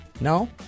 No